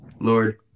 lord